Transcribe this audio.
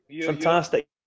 Fantastic